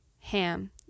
ham